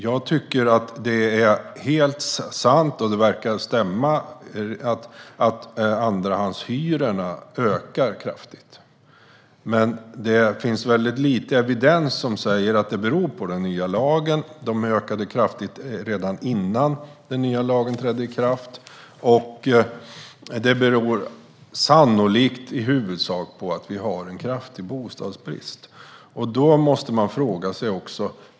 Det är helt sant, och det verkar stämma, att andrahandshyrorna ökar kraftigt. Men det finns lite evidens som säger att det beror på den nya lagen. Hyrorna ökade kraftigt redan innan den nya lagen trädde i kraft. Det beror sannolikt i huvudsak på att det råder en kraftig bostadsbrist.